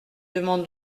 demande